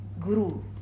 Guru